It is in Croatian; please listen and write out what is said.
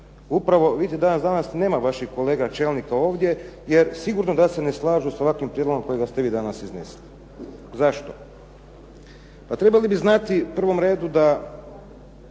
Upravo, vidite danas nema vaših kolega čelnika ovdje jer sigurno da se ne slažu sa ovakvim prijedlogom kojega ste vi danas iznesli. Zašto? Pa trebali bi znati u prvom redu da